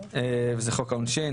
וזה חוק העונשין,